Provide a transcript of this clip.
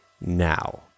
now